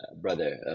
brother